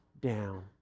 down